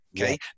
Okay